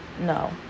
No